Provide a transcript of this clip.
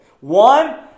One